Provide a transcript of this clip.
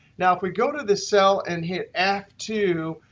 now, if we go to the cell and hit f two,